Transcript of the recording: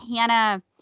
Hannah